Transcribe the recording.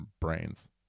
brains